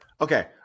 Okay